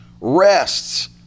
rests